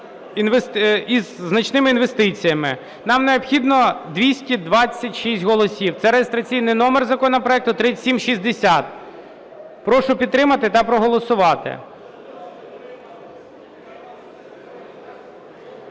значними інвестиціями. Нам необхідно 226 голосів. Це реєстраційний номер законопроекту 3760. Прошу підтримати та проголосувати.